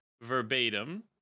verbatim